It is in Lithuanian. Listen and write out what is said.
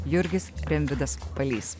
jurgis rimvydas palys